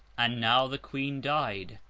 and now the queen died.